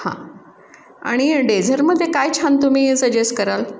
हां आणि डेझरमध्ये काय छान तुम्ही सजेस्ट कराल